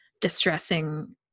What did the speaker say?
distressing